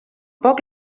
poc